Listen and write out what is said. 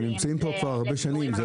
נמצאים פה הרבה שנים,